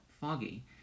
foggy